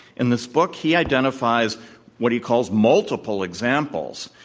in this book he identifies what he calls, multiple examples,